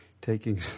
taking